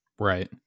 Right